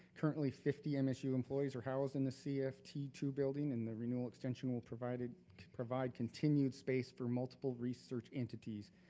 currently fifty and msu employees are housed in the c f t two building, and the renewal extension will provide ah provide continued space for multiple research entities.